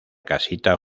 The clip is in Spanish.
casita